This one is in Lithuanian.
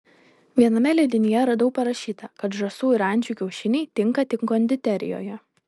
viename leidinyje radau parašyta kad žąsų ir ančių kiaušiniai tinka tik konditerijoje